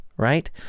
Right